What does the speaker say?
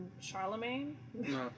Charlemagne